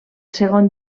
segon